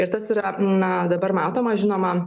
ir tas yra na dabar matoma žinoma